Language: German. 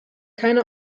keine